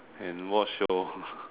and watch shows